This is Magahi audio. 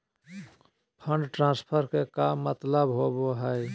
फंड ट्रांसफर के का मतलब होव हई?